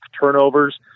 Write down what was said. turnovers